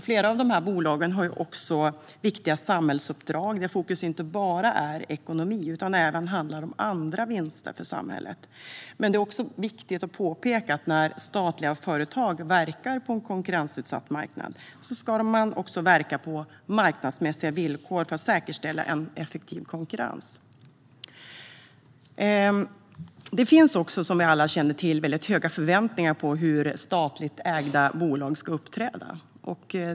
Flera av dessa bolag har också viktiga samhällsuppdrag, där fokus inte bara är ekonomi utan det även handlar om andra vinster för samhället. Men det är också viktigt att påpeka att när statliga företag verkar på en konkurrensutsatt marknad ska de också verka på marknadsmässiga villkor för att säkerställa en effektiv konkurrens. Det finns också, som vi alla känner till, väldigt stora förväntningar på hur statligt ägda bolag ska uppträda.